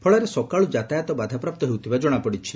ଫଳରେ ସକାଳୁ ଯାତାୟାତ ବାଧାପ୍ରାପ୍ତ ହେଉଥିବା କଣାପଡିଛି